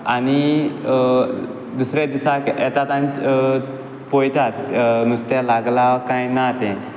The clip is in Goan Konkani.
आनी दुसरे दिसाक येतात आनी पोयतात नुस्त्या लागला काय ना तें